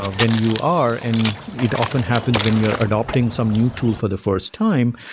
ah when you are, and it often happens when you're adapting some new tool for the first time.